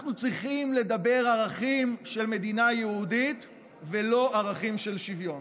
אנחנו צריכים לדבר על ערכים של מדינה יהודית ולא ערכים של שוויון.